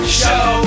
show